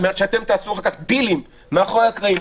על מנת שאתם תעשו אחר כך דילים מאחורי הקלעים,